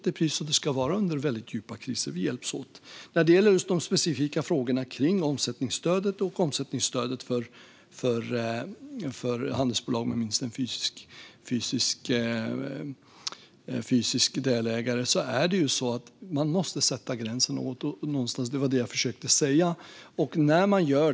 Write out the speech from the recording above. Det är precis som det ska vara under riktigt djupa kriser. Vi hjälps åt. När det gäller de specifika frågorna om omsättningsstödet och omsättningsstödet för handelsbolag med minst en fysisk delägare måste man sätta gränsen någonstans. Det var det jag försökte säga förut.